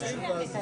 בהסכמה?